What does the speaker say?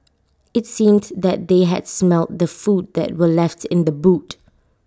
IT seemed that they had smelt the food that were left in the boot